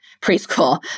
preschool